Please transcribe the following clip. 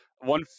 one